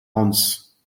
hans